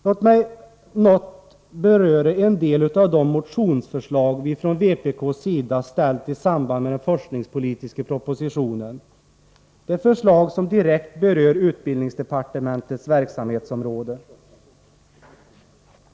Låt mig något beröra en del av de motionsförslag vi från vpk:s sida ställt i samband med den forskningspolitiska propositionen. Det är förslag som direkt berör utbildningsdepartementets verksamhetsområde.